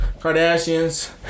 Kardashians